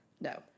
No